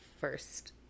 first